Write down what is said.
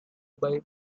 bye